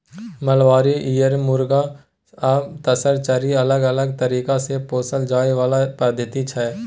mulberry, eri, muga आ तसर चारि अलग अलग तरीका सँ पोसल जाइ बला पद्धति छै